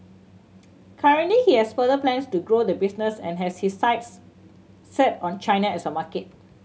currently he has further plans to grow the business and has his sights set on China as a market